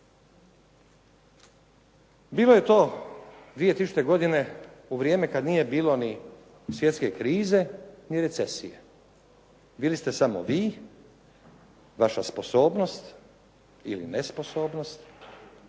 Bilo je to 2000. godine u vrijeme kada nije bilo ni svjetske krize ni recesije. Bili ste samo vi, vaša sposobnost ili nesposobnost,